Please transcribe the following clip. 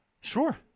sure